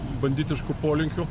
banditiškų polinkių